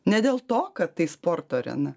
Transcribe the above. ne dėl to kad tai sporto arena